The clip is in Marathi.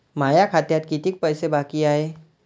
माया खात्यात कितीक पैसे बाकी हाय?